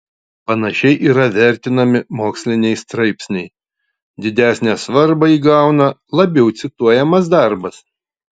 panašiai yra vertinami moksliniai straipsniai didesnę svarbą įgauna labiau cituojamas darbas